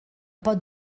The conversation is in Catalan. pot